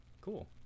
cool